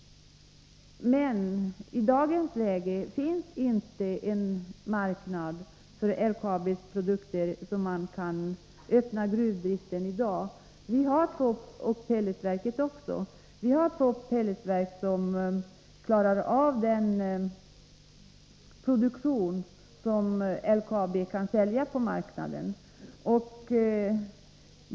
Men i nuläget finns det inte marknad för LKAB:s produkter, och därför kan man i dag inte öppna gruvdriften eller starta pelletsverket. Vi har två pelletsverk som klarar av den produktion som LKAB kan sälja på marknaden.